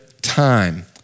Time